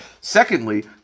Secondly